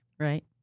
Right